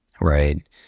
Right